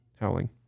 howling